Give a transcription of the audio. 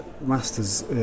Masters